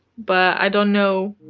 but i don't know